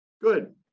Good